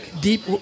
deep